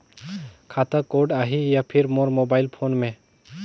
खाता कोड आही या फिर मोर मोबाइल फोन मे?